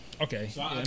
Okay